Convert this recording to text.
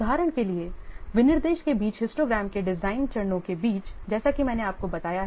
उदाहरण के लिए विनिर्देश के बीच हिस्टोग्राम के डिजाइन चरणों के बीच जैसा कि मैंने आपको बताया है